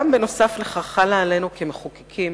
נוסף על כך חלה עלינו, כמחוקקים,